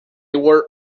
were